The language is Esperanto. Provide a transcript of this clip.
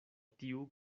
tiu